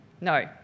No